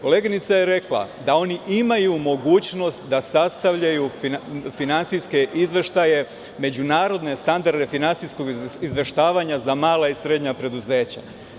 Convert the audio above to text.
Koleginica je rekla da oni imaju mogućnost da sastavljaju finansijske izveštaje, međunarodne standarde finansijskog izveštavanja za mala i srednja preduzeća.